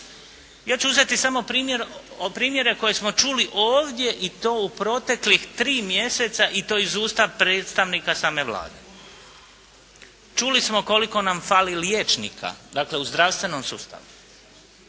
Ja ću uzeti samo primjere koje smo čuli ovdje i to u proteklih tri mjeseca i to iz usta predstavnika same Vlade. Čuli smo koliko nam fali liječnika, dakle u zdravstvenom sustavu.